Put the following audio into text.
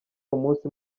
umunsi